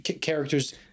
characters